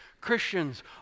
Christians